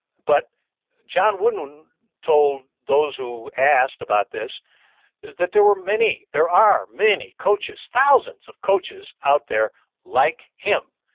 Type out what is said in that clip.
but john wooden told those who asked about this that there were many, there are many coaches, thousands of coaches out there like him.